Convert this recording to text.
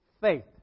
faith